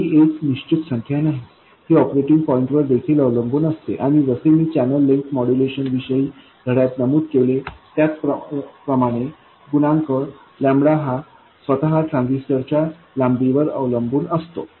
ही एक निश्चित संख्या नाही ही ऑपरेटिंग पॉईंटवर देखील अवलंबून असते आणि जसे मी चॅनेल लेंग्थ मॉड्यूलेशन विषयी धड्यात नमूद केले त्याप्रमाणे गुणांक हा स्वतः ट्रान्झिस्टर च्या लांबीवर अवलंबून असतो